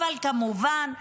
אבל כמובן,